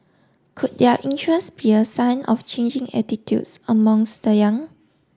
could their interest be a sign of changing attitudes amongst the young